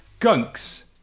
Gunks